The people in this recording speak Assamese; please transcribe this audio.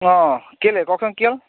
অঁ কেলেই কওকচোন কিয়